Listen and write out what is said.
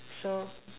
so